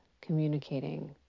communicating